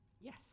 yes